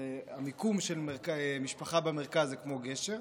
המיקום של משפחה במרכז זה כמו גשר,